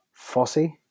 Fossey